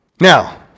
Now